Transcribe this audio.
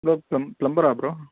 hello ஃப்ளம் ஃப்ளம்பரா bro